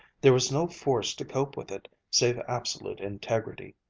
there was no force to cope with it, save absolute integrity.